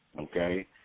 okay